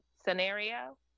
scenario